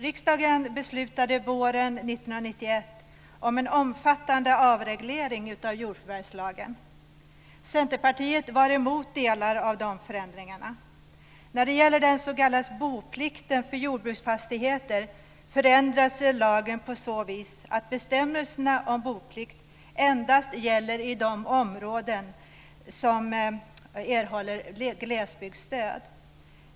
Riksdagen beslutade våren 1991 om en omfattande avreglering av jordförvärvslagen. Centerpartiet var emot delar av de förändringarna. När det gäller den s.k. boplikten för jordbruksfastigheter förändrades lagen på så vis att bestämmelserna om boplikt endast gäller i de områden som erhåller glesbygdsstöd.